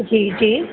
जी जी